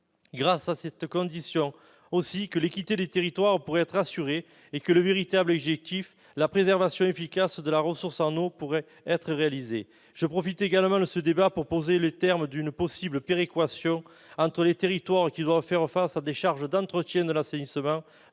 C'est à cette condition aussi que l'équité des territoires pourra être assurée et que le véritable objectif- la préservation efficace de la ressource en eau -pourra être atteint. Je profite également de ce débat pour poser les termes d'une possible péréquation entre les territoires qui doivent faire face à des charges d'entretien de l'assainissement